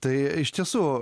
tai iš tiesų